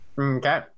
Okay